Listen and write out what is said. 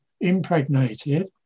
impregnated